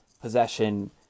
possession